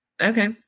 Okay